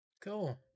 Cool